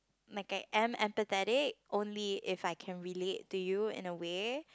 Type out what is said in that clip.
like a an empathetic only if I can relate to you in a way